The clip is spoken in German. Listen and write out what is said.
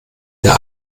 der